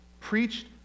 preached